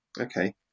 Okay